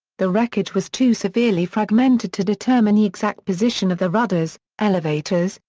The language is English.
the wreckage was too severely fragmented to determine the exact position of the rudders, elevators,